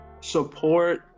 support